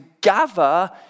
gather